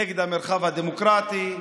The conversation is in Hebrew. נגד המרחב הדמוקרטי.